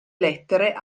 lettere